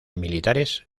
militares